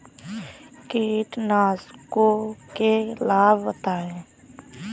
कीटनाशकों के लाभ बताएँ?